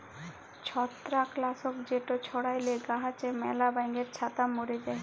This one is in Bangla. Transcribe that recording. ছত্রাক লাসক যেট ছড়াইলে গাহাচে ম্যালা ব্যাঙের ছাতা ম্যরে যায়